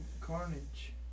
Carnage